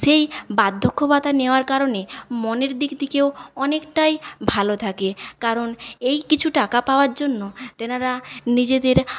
সেই বার্ধক্য ভাতা নেওয়ার কারণে মনের দিক থেকেও অনেকটাই ভালো থাকে কারণ এই কিছু টাকা পাওয়ার জন্য তেনারা নিজেদের